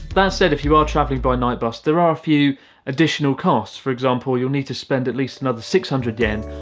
that said if you are traveling by night bus there are a few additional costs. for example. you'll need to spend at least another six hundred yen,